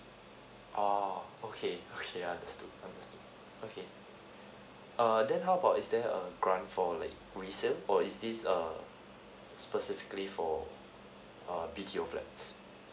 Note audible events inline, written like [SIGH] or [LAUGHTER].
oh okay okay [LAUGHS] I understood understood okay err then how about is there a grant for like resale or is this err specifically for a B_T_O flats